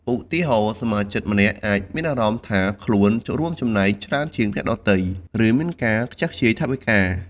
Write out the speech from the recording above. ឧទាហរណ៍ សមាជិកម្នាក់អាចមានអារម្មណ៍ថាខ្លួនរួមចំណែកច្រើនជាងអ្នកដទៃ ឬមានការខ្ជះខ្ជាយថវិកា។